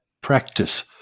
practice